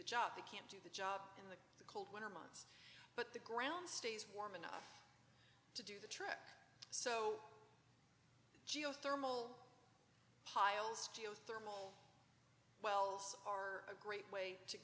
the job they can't do the job in the cold winter months but the ground stays warm enough to do the trick so geothermal piles geothermal wells are a great way to